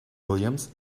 williams